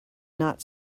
not